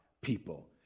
people